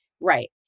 Right